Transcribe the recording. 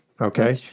Okay